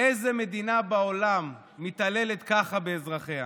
איזו מדינה בעולם מתעללת ככה באזרחיה?